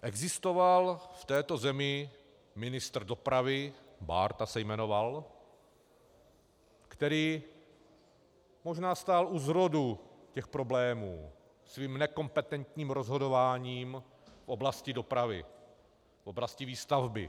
Existoval v této zemi ministr dopravy, Bárta se jmenoval, který možná stál u zrodu těch problémů svým nekompetentním rozhodováním v oblasti dopravy, v oblasti výstavby.